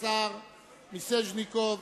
השר מיסז'ניקוב.